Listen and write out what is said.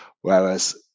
whereas